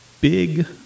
big